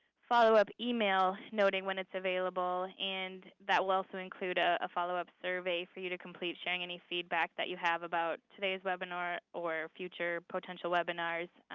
followup email noting when it's available. and that will also include a followup survey for you to complete, sharing any feedback that you have about today's webinar or future potential webinars.